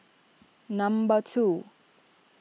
number two